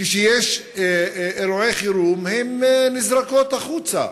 וכשיש אירועי חירום הן נזרקות החוצה,